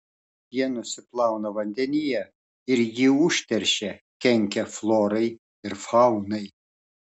jie nusiplauna vandenyje ir jį užteršia kenkia florai ir faunai